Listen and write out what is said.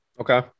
Okay